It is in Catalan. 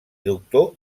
doctor